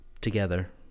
together